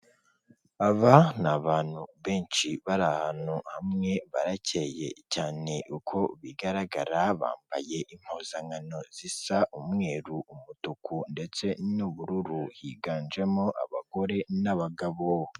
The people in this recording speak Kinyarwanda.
Aba ni abantu benshi bari ahantu hamwe, barakeye cyane uko bigaragara, bambaye impuzankano zisa umweru, umutuku, ndetse n'ubururu. Higanjemo abagore n'abagabo.